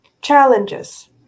challenges